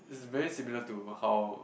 is very similar to how